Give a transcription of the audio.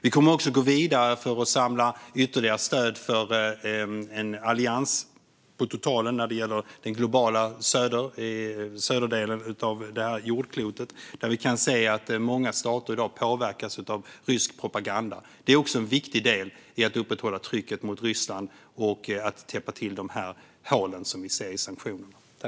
Vi kommer också att gå vidare för att samla ytterligare stöd för en total allians när det gäller södra delen av jordklotet, där många stater påverkas av rysk propaganda. Det är en viktig del i att upprätthålla trycket mot Ryssland och täppa till hålen i sanktionerna.